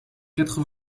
quatre